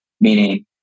Meaning